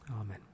Amen